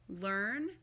learn